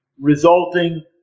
resulting